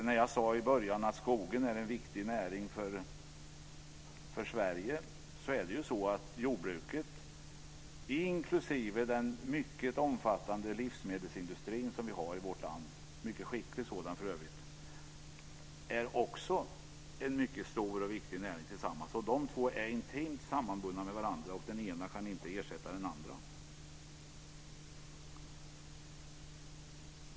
När jag tidigare sade att skogen är en viktig näring för Sverige menade jag att jordbruket inklusive den mycket omfattande och skickliga livsmedelsindustrin som vi har i vårt land också är en mycket stor och viktig näring tillsammans. Och de två är intimt sammanbundna med varandra, och den ena kan inte ersätta den andra.